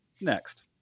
next